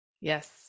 Yes